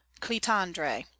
Clitandre